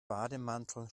bademantel